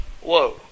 Whoa